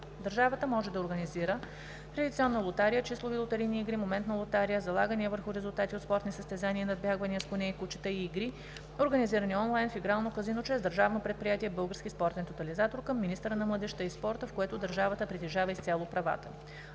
Държавата може да организира традиционна лотария, числови лотарийни игри, моментна лотария, залагания върху резултати от спортни състезания и надбягвания с коне и кучета, и игри, организирани онлайн в игрално казино чрез Държавно предприятие „Български спортен тотализатор“ към министъра на младежта и спорта, в което държавата притежава изцяло правата.